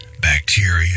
bacteria